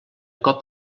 cop